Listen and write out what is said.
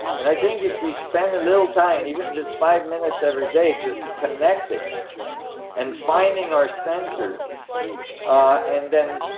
and i think if we spend a little time even just five minutes every day just connecting and finding our center and then,